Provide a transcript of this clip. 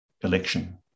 election